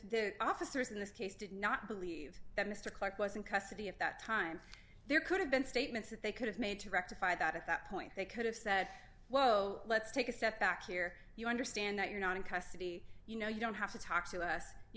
the officers in this case did not believe that mr clarke was in custody at that time there could have been statements that they could have made to rectify that at that point they could have said well let's take a step back here you understand that you're not in custody you know you don't have to talk to us you